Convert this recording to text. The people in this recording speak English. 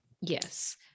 yes